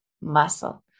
muscle